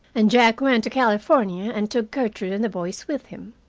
and jack went to california and took gertrude and the boys with him.